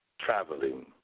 traveling